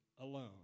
alone